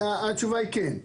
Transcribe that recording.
התשובה היא כן.